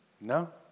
No